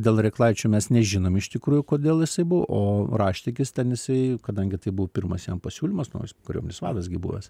dėl reklaičio mes nežinom iš tikrųjų kodėl jisai buvo o raštikis ten jisai kadangi tai buvo pirmas jam pasiūlymas nu jis kariuomenės vadas gi buvęs